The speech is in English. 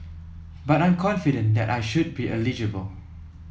but I'm confident that I should be eligible